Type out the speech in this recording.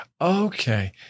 okay